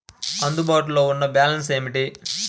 అందుబాటులో ఉన్న బ్యాలన్స్ ఏమిటీ?